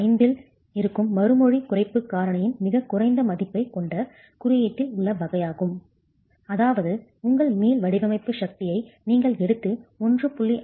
5 இல் இருக்கும் மறுமொழி குறைப்பு காரணியின் மிகக் குறைந்த மதிப்பைக் கொண்ட குறியீட்டில் உள்ள வகையாகும் அதாவது உங்கள் மீள் வடிவமைப்பு சக்தியை நீங்கள் எடுத்து 1